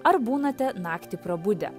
ar būnate naktį prabudę